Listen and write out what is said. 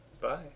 Bye